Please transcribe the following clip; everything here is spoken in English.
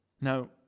Now